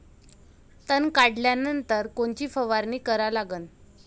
तन काढल्यानंतर कोनची फवारणी करा लागन?